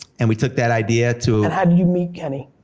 and we took that idea to and how did you meet kenny?